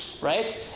right